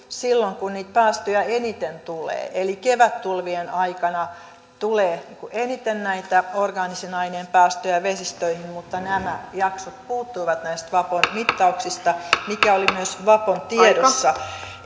silloin kun niitä päästöjä eniten tulee eli kevättulvien aikana tulee eniten näitä orgaanisen aineen päästöjä vesistöihin mutta nämä jaksot puuttuivat näistä vapon mittauksista mikä oli myös vapon tiedossa